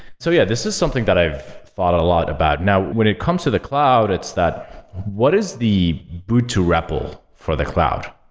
so yeah, this is something that i've thought a lot about. now, when it comes to the cloud, it's that what is the boot to repl for the cloud?